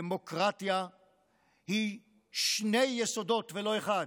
דמוקרטיה היא שני יסודות, ולא אחד.